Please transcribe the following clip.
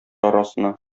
арасына